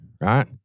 right